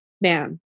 man